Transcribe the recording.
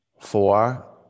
Four